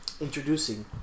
introducing